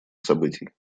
событий